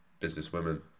businesswomen